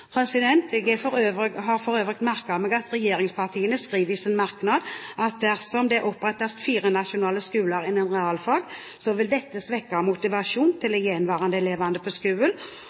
Jeg har for øvrig merket meg at regjeringspartiene skriver i sin merknad at dersom det opprettes fire nasjonale skoler innen realfag, vil dette svekke motivasjonen til de gjenværende elevene på